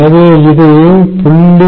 எனவே இது 0